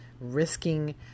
risking